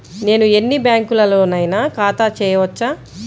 నేను ఎన్ని బ్యాంకులలోనైనా ఖాతా చేయవచ్చా?